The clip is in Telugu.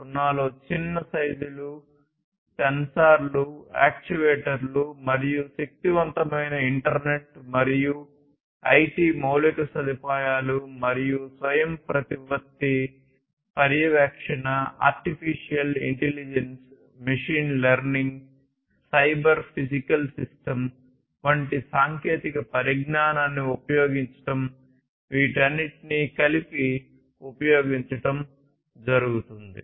0 లో చిన్న సైజులు సెన్సార్లు యాక్యుయేటర్లు మరింత శక్తివంతమైన ఇంటర్నెట్ మరియు ఐటి మౌలిక సదుపాయాలు మరియు స్వయంప్రతిపత్తి పర్యవేక్షణ artificial intelligence machine learning cyber physical systems వంటి సాంకేతిక పరిజ్ఞానాన్ని ఉపయోగించడం వీటన్నింటినీ కలిపి ఉపయోగించడం జరుగుతోంది